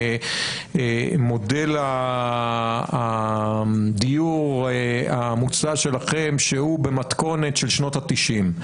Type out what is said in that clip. ממודל הדיור המוצע שלכם שהוא במתכונת של שנות ה-90'.